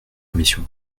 commission